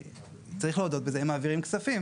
צריך להודות בזה, מעבירים כספים.